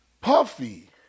Puffy